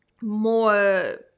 more